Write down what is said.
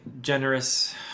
generous